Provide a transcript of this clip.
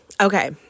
Okay